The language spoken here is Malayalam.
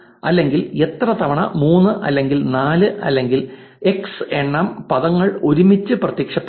അല്ലെങ്കിൽ എത്ര തവണ 3 അല്ലെങ്കിൽ 4 അല്ലെങ്കിൽ x എണ്ണം പദങ്ങൾ ഒരുമിച്ച് പ്രത്യക്ഷപ്പെടുന്നു